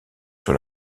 sur